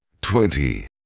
twenty